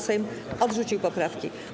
Sejm odrzucił poprawki.